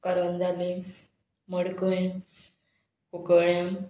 Karanzalem Madkai Cuncolim